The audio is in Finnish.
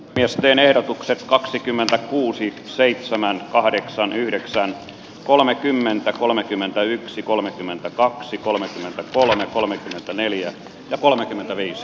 piesseen ehdotukset kaksikymmentä kuusi seitsemän kahdeksan yhdeksän kolmekymmentä kolmekymmentäyksi kolmekymmentäkaksi kolme puola kolme sataneljä ja kolmekymmentäviisi